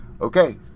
Okay